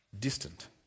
distant